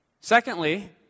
Secondly